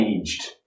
aged